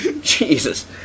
Jesus